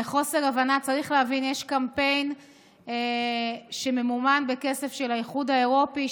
צריך להבין: יש קמפיין שממומן בכסף של האיחוד האירופי,